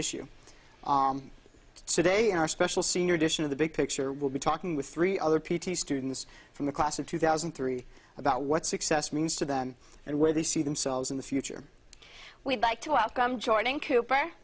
issue on today in our special senior edition of the big picture we'll be talking with three other p t students from the class of two thousand and three about what success means to them and where they see themselves in the future we'd like to welcome joining cooper